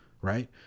Right